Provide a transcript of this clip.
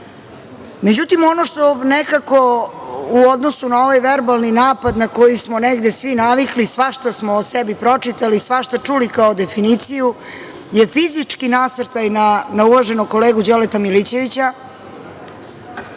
ono što nekako u odnosu na ovaj verbalni napad, na koji smo svi navikli, svašta smo o sebi pročitali, svašta čuli kao definiciju, je fizički nasrtaj na uvaženog kolegu Đoleta Milićevića,